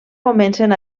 comencen